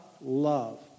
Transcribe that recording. love